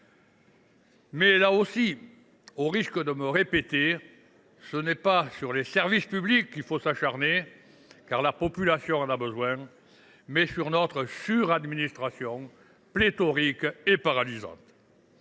évidence ! Au risque de me répéter, ce n’est pas sur les services publics qu’il faut s’acharner, car la population en a besoin ; c’est à notre suradministration, pléthorique et paralysante,